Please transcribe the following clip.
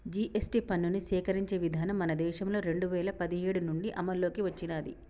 GST పన్నుని సేకరించే విధానం మన దేశంలో రెండు వేల పదిహేడు నుంచి అమల్లోకి వచ్చినాది